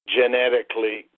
genetically